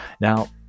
Now